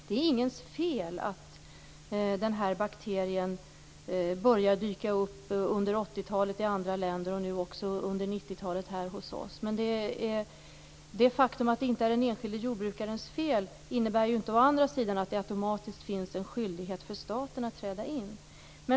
Det är ingens fel att den här bakterien börjar dyka upp, under 80-talet i andra länder och under 90-talet här hos oss. Men det faktum att det inte är den enskilde jordbrukarens fel innebär inte att det automatiskt finns en skyldighet för staten att träda in.